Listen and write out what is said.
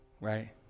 Right